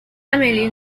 amélie